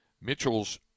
Mitchell's